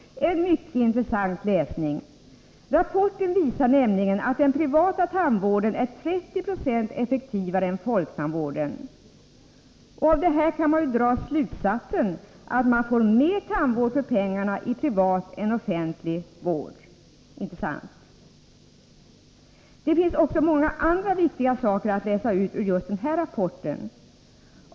Det är en mycket intressant läsning. Rapporten visar nämligen att den privata tandvården är 30 9 effektivare än folktandvården. Av detta kan man dra slutsatsen att man får mer tandvård för pengarna i privat än i offentlig vård — inte sant? Det finns många andra viktiga saker som man kan läsa ut ur denna rapport.